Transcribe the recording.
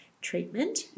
treatment